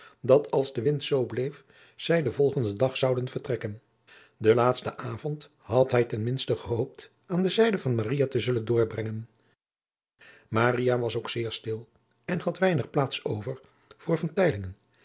dat als de wind zoo bleef zij den volgenden dag zouden vertrekken den laatsten avond had hij ten minste gehoopt aan de zijde van maria te zullen doorbrengen maria was ook zeer stil en had weinig praats over voor